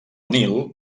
nil